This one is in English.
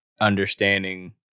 understanding